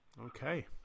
Okay